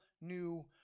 new